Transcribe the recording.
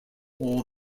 all